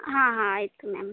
ಹಾಂ ಹಾಂ ಆಯಿತು ಮ್ಯಾಮ್